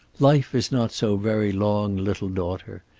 life is not so very long, little daughter,